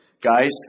Guys